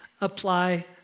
apply